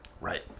right